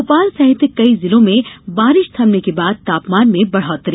भोपाल सहित कई जिलों में बारिश थमने के बाद तापमान में बढ़ौतरी